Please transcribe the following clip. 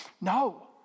No